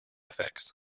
effects